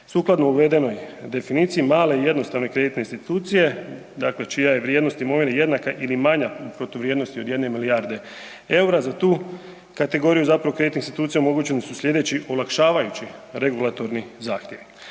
Sukladno uvedenoj definiciji, male i jednostavne kreditne institucije, dakle čija je vrijednost imovine jednaka ili manja u protuvrijednosti od jedne milijarde eura, za tu kategoriju zapravo kreditnih institucija omogućeni su sljedeći olakšavajući regulatorni zahtjevi.